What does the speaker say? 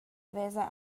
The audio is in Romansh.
vesa